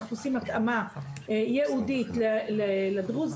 אנחנו עושים התאמה ייעודית לדרוזים,